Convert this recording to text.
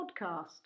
podcast